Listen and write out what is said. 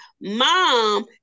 mom